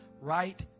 right